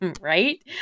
right